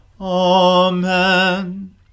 Amen